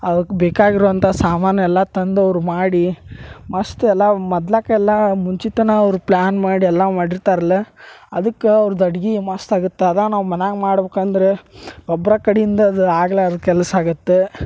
ಅವುಕ್ಕ ಬೇಕಾಗಿರುವಂಥ ಸಾಮಾನು ಎಲ್ಲಾ ತಂದು ಅವರು ಮಾಡಿ ಮಸ್ತ್ ಎಲ್ಲಾ ಮದ್ಲಾಕ ಎಲ್ಲಾ ಮುಂಚಿತನೇ ಅವರು ಪ್ಲ್ಯಾನ್ ಮಾಡಿ ಎಲ್ಲಾ ಮಾಡಿರ್ತಾರಲ್ಲ ಅದಕ್ಕೆ ಅವ್ರ್ದ ಅಡಿಗೆ ಮಸ್ತ್ ಆಗತ್ತ ಅದಾ ನಾವು ಮನ್ಯಾಗ ಮಾಡ್ಬೇಕಂದ್ರ ಒಬ್ಬರ ಕಡಿಯಿಂದ ಅದ ಆಗ್ಲಾರ್ದ ಕೆಲಸ ಆಗತ್ತೆ